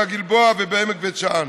בגלבוע ובעמק בית שאן,